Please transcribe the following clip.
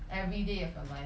everyday of your life